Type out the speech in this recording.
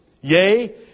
Yea